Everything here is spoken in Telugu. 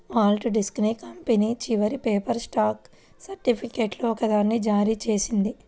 వాల్ట్ డిస్నీ కంపెనీ చివరి పేపర్ స్టాక్ సర్టిఫికేట్లలో ఒకదాన్ని జారీ చేసింది